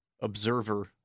observer